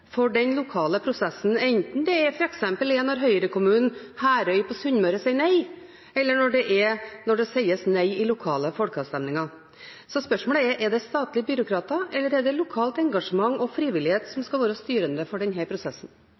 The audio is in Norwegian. for den lokale prosessen, enten det er f.eks. når Høyre-kommunen Herøy på Sunnmøre sier nei, eller når det sies nei i lokale folkeavstemninger. Så spørsmålet er: Er det statlige byråkrater eller er det lokalt engasjement og frivillighet som skal være styrende for denne prosessen? Vi baserer oss på den